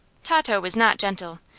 tato was not gentle.